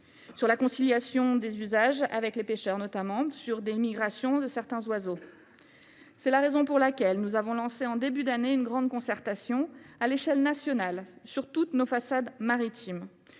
de la conciliation des usages avec les activités de pêche, notamment, ou les migrations de certains oiseaux. C’est la raison pour laquelle nous avons lancé, en début d’année, une grande concertation à l’échelle nationale sur toutes nos façades maritimes.